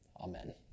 Amen